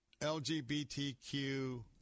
LGBTQ